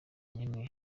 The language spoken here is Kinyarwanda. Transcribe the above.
n’imwe